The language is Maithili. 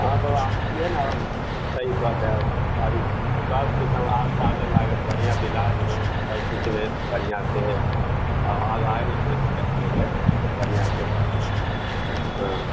हँ बाबा अथी हय ने हम सही कऽ देब अभी सबकिछु आब से आबै लागत बढ़िआँ से इलाज होयत सबकिछु लेत बढ़िआँ से आ अब आ गेलियै कोइ दिक्कत नहि हय बढ़िआँ से हँ